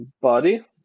body